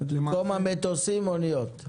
במקום מטוסים, אוניות?